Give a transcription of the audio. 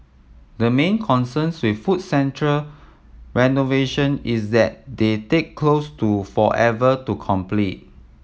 the main concerns with food central renovation is that they take close to forever to complete